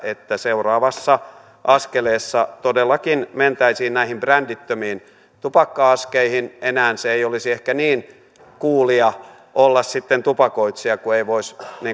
että seuraavassa askeleessa todellakin mentäisiin näihin brändittömiin tupakka askeihin enää se ei olisi ehkä niin coolia olla sitten tupakoitsija kun ei voisi